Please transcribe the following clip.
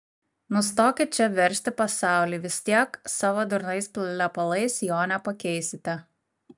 nustokit čia versti pasaulį vis tiek savo durnais plepalais jo nepakeisite